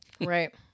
Right